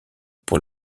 pour